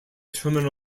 terminal